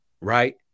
right